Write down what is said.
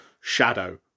shadow